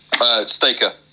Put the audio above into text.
Staker